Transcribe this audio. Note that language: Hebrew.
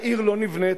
העיר לא נבנית.